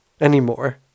anymore